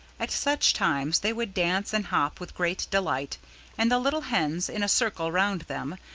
at such times they would dance and hop with great delight and the little hens, in a circle round them,